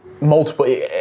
multiple